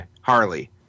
Harley